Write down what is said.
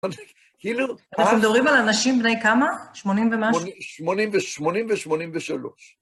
אנחנו מדברים על אנשים בני כמה? שמונים ומשהו? שמונים ושמונים ושלוש.